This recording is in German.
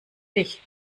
dich